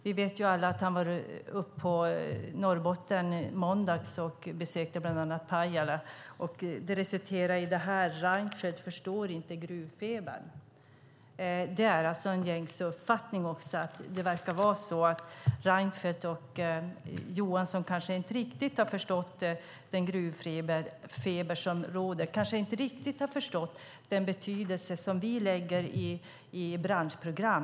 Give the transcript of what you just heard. Vi vet ju alla att han var uppe i Norrbotten i måndags och besökte bland annat Pajala. Det resulterade i den här tidningsrubriken i Aftonbladet: "Reinfeldt förstår inte gruvfebern". Det är en gängse uppfattning att Reinfeldt och Johansson inte riktigt verkar ha förstått den gruvfeber som råder. De kanske inte riktigt har förstått den betydelse som vi lägger i branschprogram.